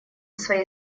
своей